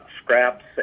scraps